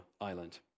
Island